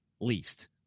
least